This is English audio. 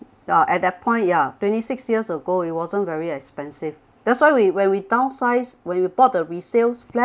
ya at that point ya twenty six years ago it wasn't very expensive that's why we when we downsize when we bought the resales flat